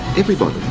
everybody,